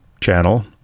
channel